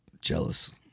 jealous